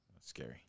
scary